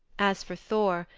as for thor,